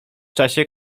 czasie